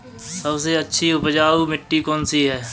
सबसे अच्छी उपजाऊ मिट्टी कौन सी है?